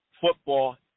football